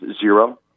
zero